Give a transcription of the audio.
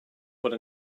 what